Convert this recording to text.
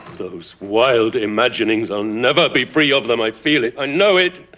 those wild imaginings, i'll never be free of them. i feel it. i know it.